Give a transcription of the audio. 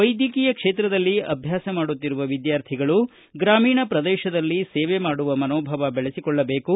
ವೈದ್ಯಕೀಯ ಕ್ಷೇತ್ರದಲ್ಲಿ ಅಭ್ಯಾಸ ಮಾಡುತ್ತಿರುವ ವಿದ್ಯಾರ್ಥಿಗಳು ಗ್ರಾಮೀಣ ಪ್ರದೇಶದಲ್ಲಿ ಸೇವೆ ಮಾಡುವ ಮನೋಭಾವ ಬೆಳೆಸಿಕೊಳ್ಳಬೇಕು